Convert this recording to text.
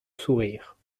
sourire